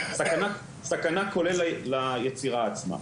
סכנה כולל ליצירה עצמה.